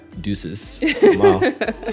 deuces